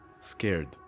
scared